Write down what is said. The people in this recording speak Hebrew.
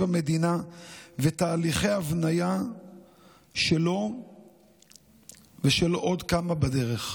המדינה ותהליכי ההבניה שלו ושל עוד כמה בדרך.